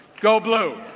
go blue.